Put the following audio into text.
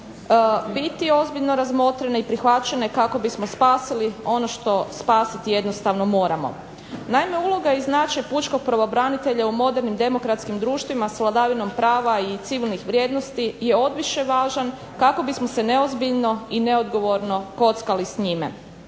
biti ozbiljno razmotrene i prihvaćene kako bismo spasili ono što spasiti jednostavno moramo. Naime, uloga i značaj pučkog pravobranitelja u modernim demokratskim društvima s vladavinom prava i civilnih vrijednosti je odviše važan kako bismo se neozbiljno i neodgovorno kockali s njime.